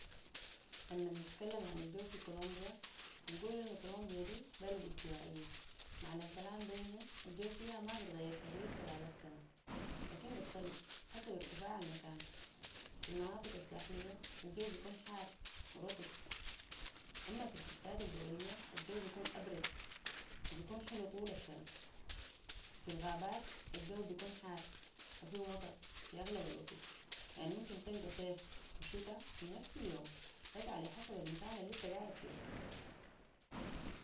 لما نتكلم عن الجو في كولومبيا بنقول إنه كولومبيا دي بلد استوائية معنا الكلام دي إنه الجو فيها ما بتغير كتير خلال السنة لكن بيختلف حسب ارتفاع المكان في المناطق الساحلية الجو بيكون حار ورطب أما في الحتات الجبلية الجو بيكون أبرد وبيكون حلو طول السنةفي الغابات الجو بيكون حار وفيه مطر في أغلب الوقت يعني ممكن تلقى صيف وشتة في نفس اليوم بس علي حسب المكان اللي تقاعد فيهو